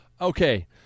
Okay